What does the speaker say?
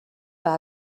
اون